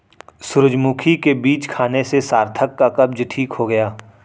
सूरजमुखी के बीज खाने से सार्थक का कब्ज ठीक हो गया